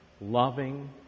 loving